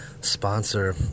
sponsor